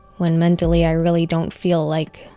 when mentally, i really don't feel like,